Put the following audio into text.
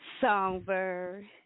songbird